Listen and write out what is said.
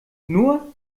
nur